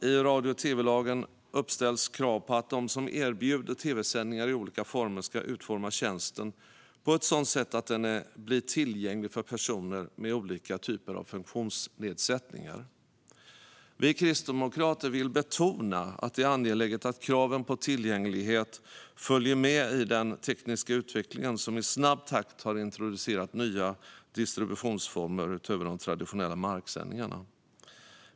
I radio och tv-lagen uppställs krav på att de som erbjuder tv-sändningar i olika former ska utforma tjänsten på ett sådant sätt att den blir tillgänglig för personer med olika typer av funktionsnedsättningar. Vi kristdemokrater vill betona att det är angeläget att kraven på tillgänglighet följer med i den tekniska utvecklingen, som i snabb takt har introducerat nya distributionsformer utöver de traditionella marksändningarna.